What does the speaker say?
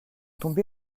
tombé